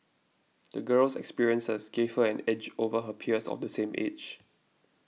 the girl's experiences gave her an edge over her peers of the same age